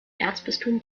erzbistum